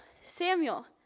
Samuel